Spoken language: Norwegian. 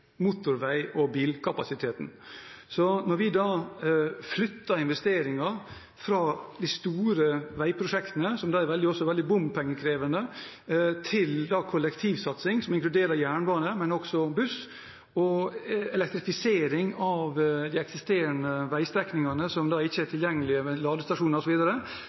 motorvei- og bilkapasiteten. Når vi da flytter investeringer fra de store veiprosjektene, som er veldig bompengekrevende, til kollektivsatsing, som inkluderer jernbane, men også buss, og elektrifisering av de eksisterende veistrekningene som ikke er tilgjengelige med ladestasjoner